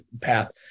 path